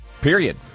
Period